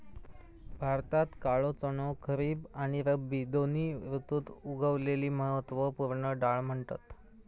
भारतात काळो चणो खरीब आणि रब्बी दोन्ही ऋतुत उगवलेली महत्त्व पूर्ण डाळ म्हणतत